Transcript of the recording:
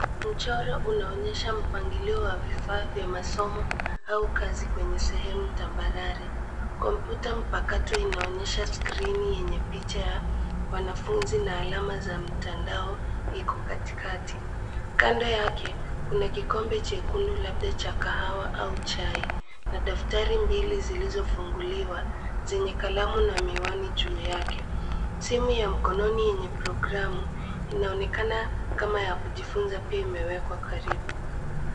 Mchoro unaonyesha mpangilio wa vifaa vya masomo au kazi kwenye sehemu tambarare. Kompyuta mpakato inaonyesha skrini yenye picha ya wanafunzi na alama za mtandao, iko katikati. Kando yake kuna kikombe chekundu, labda cha kahawa au chai na daftari mbili zilizofunguliwa, zenye kalamu na miwani juu yake. Simu ya mkononi yenye programu, inaonekana kama ya kujifunza, pia imewekwa karibu.